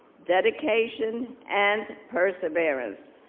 dedication, and perseverance.